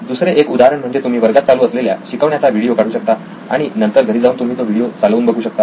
दुसरे एक उदाहरण म्हणजे तुम्ही वर्गात चालू असलेल्या शिकवण्याचा व्हिडिओ काढू शकता आणि नंतर घरी जाऊन तुम्ही तो व्हिडिओ चालवून बघू शकता